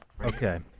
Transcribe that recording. Okay